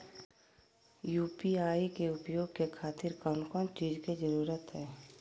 UPI के उपयोग के खातिर कौन कौन चीज के जरूरत है?